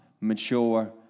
mature